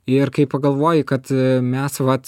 ir kai pagalvoji kad mes vat